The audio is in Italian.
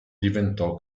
diventò